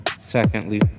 Secondly